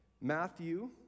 Matthew